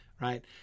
right